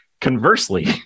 Conversely